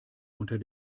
unter